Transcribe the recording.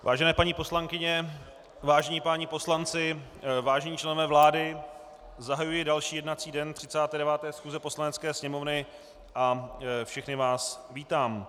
Vážené paní poslankyně, vážení páni poslanci, vážení členové vlády, zahajuji další jednací den 39. schůze Poslanecké sněmovny a všechny vás vítám.